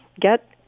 get